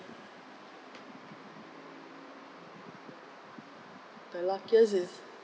the luckiest is